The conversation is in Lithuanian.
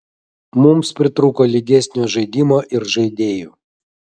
mums pritrūko lygesnio žaidimo ir žaidėjų